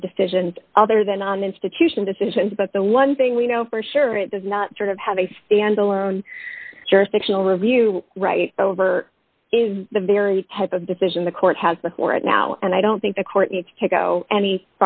for decisions other than on institution decisions but the one thing we know for sure it does not sort of have a standalone jurisdictional review right over is the very type of decision the court has before it now and i don't think the court needs to go any